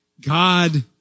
God